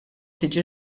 tiġi